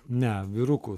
ne vyrukų